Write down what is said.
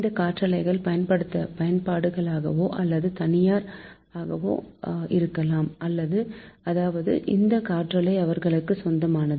இந்த காற்றாலைகள் பயன்பாடுகளாகவோ அல்லது தனியார்ஆகவோ இருக்கலாம் அதாவது இந்த காற்றாலை அவர்களுக்கு சொந்தமானது